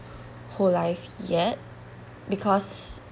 whole life yet because